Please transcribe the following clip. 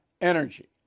Energy